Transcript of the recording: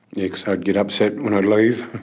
yeah, cause i'd get upset when i'd leave.